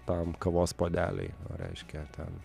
tam kavos puodely reiškia ten